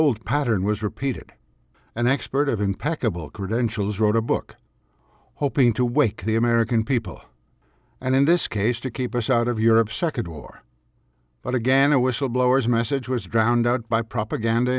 old pattern was repeated an expert of impeccable credentials wrote a book hooping to wake the american people and in this case to keep us out of europe second war but again a whistle blower's message was drowned out by propaganda